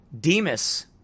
Demas